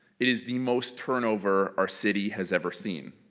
it is the most turnover our city has ever seen,